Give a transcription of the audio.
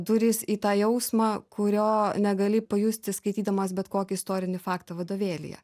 durys į tą jausmą kurio negali pajusti skaitydamas bet kokį istorinį faktą vadovėlyje